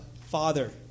Father